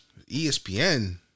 ESPN